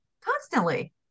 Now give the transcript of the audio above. constantly